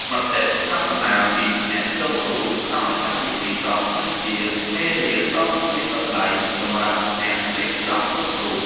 មតិស្ថាបនាពីអ្នកចូលរួមក្រោយកម្មវិធីចប់គឺជាមេរៀនដ៏មានតម្លៃសម្រាប់អ្នករៀបចំគ្រប់រូប។